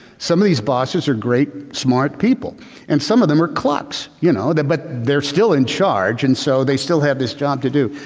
some of these bosses are great, smart people and some of them are clocks, you know that but they're still in charge charge and so they still have this job to do.